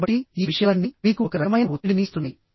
కాబట్టి ఈ విషయాలన్నీ మీకు ఒక రకమైన ఒత్తిడిని ఇస్తున్నాయి